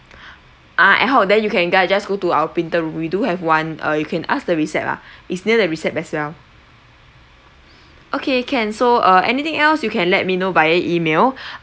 ah ad hoc then you can guy just go to our printer room we do have one uh you can ask the recep ah is near the recep as well okay can so uh anything else you can let me know via email